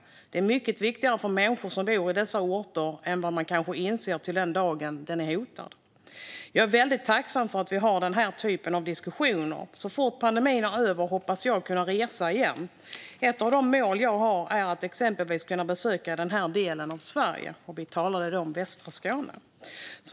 Den är mycket viktigare för människor som bor i dessa orter än vad man kanske inser tills den dagen den är hotad. Jag är väldigt tacksam för att vi har den här typen av diskussioner. Så fort pandemin är över hoppas jag kunna resa igen. Ett av de mål jag har är att exempelvis kunna besöka den här delen av Sverige."